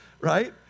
Right